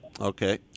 Okay